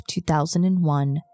2001